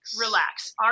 Relax